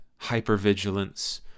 hypervigilance